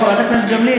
חברת הכנסת גמליאל,